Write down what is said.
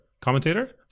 Commentator